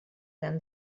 than